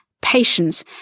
patience